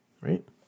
right